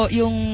yung